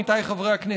עמיתיי חברי הכנסת,